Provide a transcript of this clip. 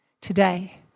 today